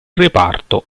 reparto